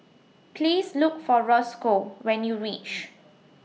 Please Look For Roscoe when YOU REACH